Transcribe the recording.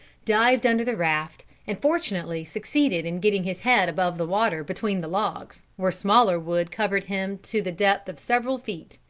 dived under the raft and fortunately succeeded in getting his head above the water between the logs, where smaller wood covered him to the depth of several feet.